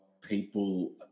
people